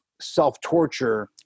self-torture